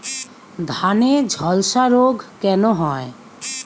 ধানে ঝলসা রোগ কেন হয়?